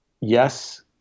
Yes